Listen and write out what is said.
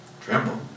Tremble